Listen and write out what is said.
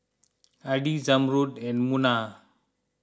Adi Zamrud and Munah